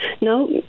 No